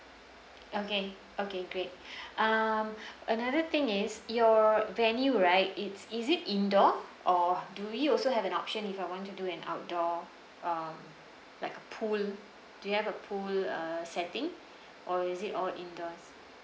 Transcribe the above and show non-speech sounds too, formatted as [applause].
okay okay great [breath] um another thing is your venue right it's is it indoor or do we also have an option if I want to do an outdoor um like pool do you have a pool uh setting or is it all indoors